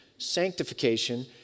Sanctification